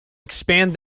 expand